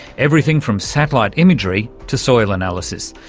everything from satellite imagery to soil analysis.